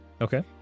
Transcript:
Okay